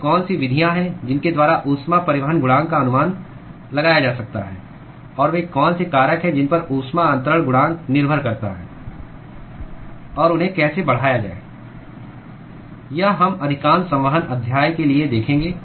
वे कौन सी विधियाँ हैं जिनके द्वारा ऊष्मा परिवहन गुणांक का अनुमान लगाया जा सकता है और वे कौन से कारक हैं जिन पर ऊष्मा अंतरण गुणांक निर्भर करता है और उन्हें कैसे बढ़ाया जाए यह हम अधिकांश संवहन अध्याय के लिए देखेंगे